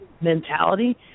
mentality